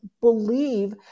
believe